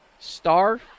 Star